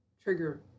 trigger